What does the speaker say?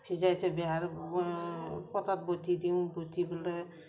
ভিজাই থৈ বেহাৰ পতাত বটি দিওঁ বতি পেলে